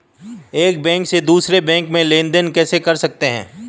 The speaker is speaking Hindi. एक बैंक से दूसरे बैंक में लेनदेन कैसे कर सकते हैं?